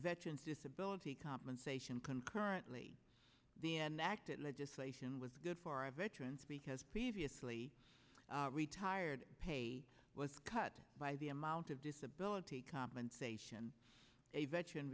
veterans disability compensation can currently be enacted legislation was good for our veterans because previously retired pay was cut by the amount of disability compensation a veteran